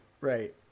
Right